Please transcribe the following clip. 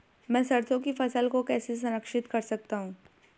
मैं सरसों की फसल को कैसे संरक्षित कर सकता हूँ?